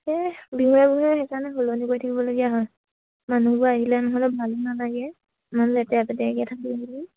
এই সেইকাৰণে সলনি কৰি থাকিবলগীয়া হয় মানুহবোৰ আহিলে নহ'লে ভালো নালাগে ইমান লেতেৰা